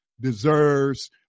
deserves